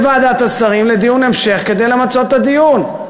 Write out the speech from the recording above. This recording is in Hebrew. לוועדת השרים לדיון המשך כדי למצות את הדיון.